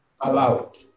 allowed